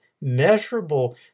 measurable